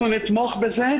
אנחנו נתמוך בזה.